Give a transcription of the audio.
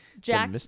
Jack